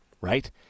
right